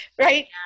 right